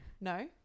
No